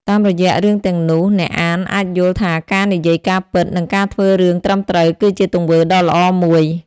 តាមរយៈរឿងទាំងនោះ អ្នកអានអាចយល់ថាការនិយាយការពិត និងការធ្វើរឿងត្រឹមត្រូវ គឺជាទង្វើដ៏ល្អមួយ។